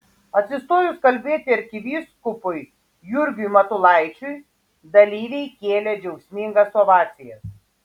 atsistojus kalbėti arkivyskupui jurgiui matulaičiui dalyviai kėlė džiaugsmingas ovacijas